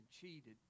cheated